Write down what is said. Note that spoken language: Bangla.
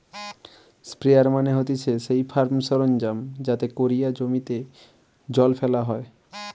স্প্রেয়ার মানে হতিছে সেই ফার্ম সরঞ্জাম যাতে কোরিয়া জমিতে জল ফেলা হয়